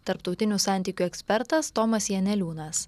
tarptautinių santykių ekspertas tomas janeliūnas